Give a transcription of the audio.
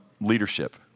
leadership